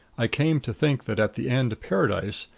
i came to think that at the end paradise,